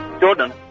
Jordan